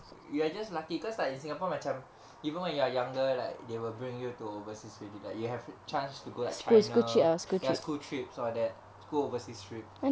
you are just lucky cause like in singapore macam even when you are younger like they will bring you to overseas already like you have a chance to go like china ya school trips or that school overseas trip